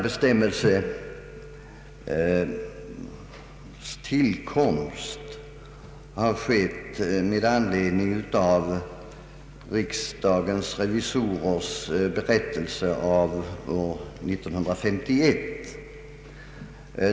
Bestämmelsen som påtalas i motionerna har tillkommit med anledning av riksdagens revisorers berättelse av år 1951.